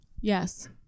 Yes